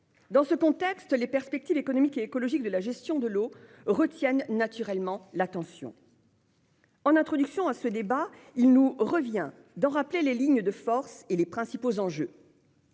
Dans ce contexte, les perspectives économiques et écologiques de la gestion de l'eau retiennent naturellement l'attention. En introduction à ce débat, il nous revient de rappeler les lignes de force et les principaux enjeux